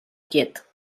quiet